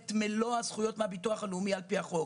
את מלוא הזכויות מהביטוח הלאומי על פי החוק.